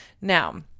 Now